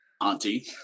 Auntie